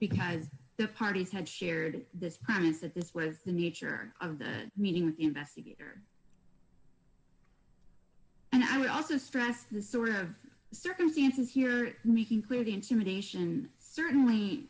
because the parties had shared this premise that this was the nature of the meeting investigator and i would also stress the sort of circumstances here making clear the intimidation certainly